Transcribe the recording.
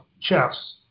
chess